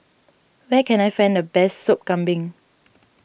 where can I find the best Sop Kambing